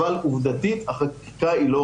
אבל עובדתית החקיקה היא לא